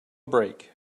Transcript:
break